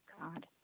God